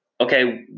Okay